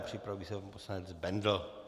Připraví se pan poslanec Bendl.